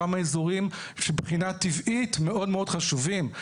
שם האזורים שמבחינה טבעית מאוד חשובים.